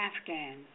Afghan